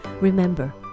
Remember